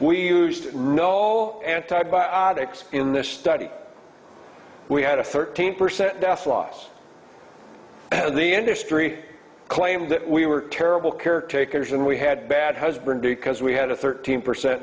we used no antibiotics in this study we had a thirteen percent death loss and the industry claimed that we were terrible caretakers and we had bad husband because we had a thirteen